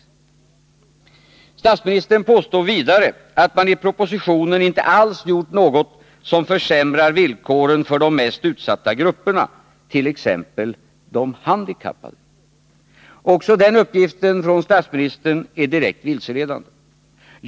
Nr 29 Statsministern påstår vidare att man i propositionen inte alls gjort något Torsdagen den som försämrar villkoren för de mest utsatta grupperna, t.ex. de handikap 20 november 1980 pade. Också den uppgiften från statsministern är direkt vilseledande.